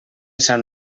sant